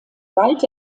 bald